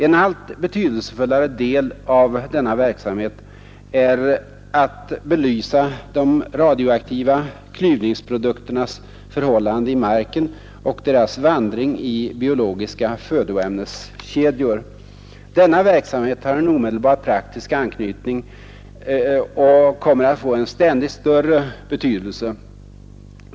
En allt betydelsefullare del av denna verksamhet är att belysa de radioaktiva klyvningsprodukternas förhållande i marken och deras vandring i biologiska födoämneskedjor. Denna verksamhet har en omedelbar praktisk anknytning och kommer att få en ständigt större betydelse.